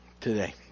today